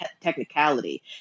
technicality